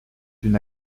une